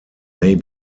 may